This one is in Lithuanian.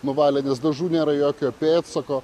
nuvalė nes dažų nėra jokio pėdsako